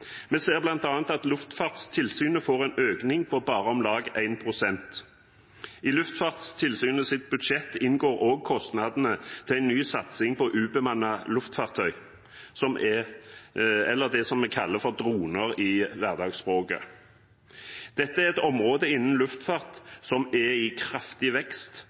Vi ser bl.a. at Luftfartstilsynet får en økning på bare om lag 1 pst. I Luftfartstilsynets budsjett inngår også kostnadene til en ny satsing på ubemannet luftfartøy, eller det som en kaller for droner i hverdagsspråket. Dette er et område innen luftfart som er i kraftig vekst,